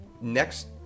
next